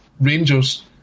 Rangers